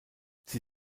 sie